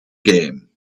game